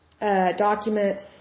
documents